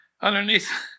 Underneath